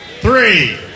Three